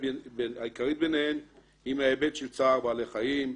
העיקרית בהן היא מההיבט של צער בעלי חיים.